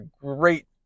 great